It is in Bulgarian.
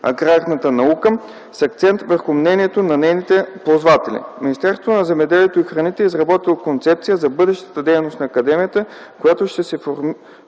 аграрната наука, с акцент върху мнението на нейните ползватели. Министерството на земеделието и храните е изработило концепция за бъдещата дейност на академията, която ще се формира